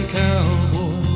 cowboy